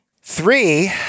Three